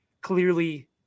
clearly